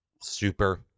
super